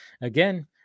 again